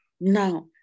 now